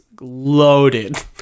loaded